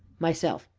myself.